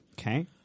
Okay